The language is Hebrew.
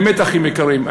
באמת אחים יקרים,